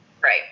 Right